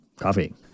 Coffee